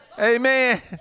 Amen